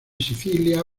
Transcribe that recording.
sicilia